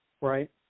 right